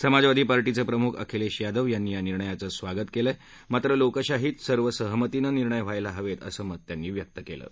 समाजवादी पार्टीचे प्रमुख अखिलेश यादव यांनी या निर्णयाचं स्वागत केलं आहे मात्र लोकशाहीत सर्वसहमतीनं निर्णय व्हायला हवेत असं मत त्यांनी व्यक्त केलं आहे